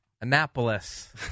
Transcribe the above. Annapolis